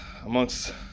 Amongst